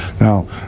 Now